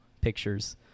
pictures